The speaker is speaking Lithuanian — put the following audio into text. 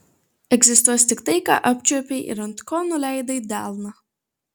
egzistuos tik tai ką apčiuopei ar ant ko nuleidai delną